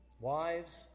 wives